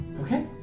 okay